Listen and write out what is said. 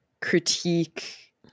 critique